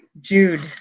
Jude